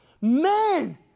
Man